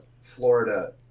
Florida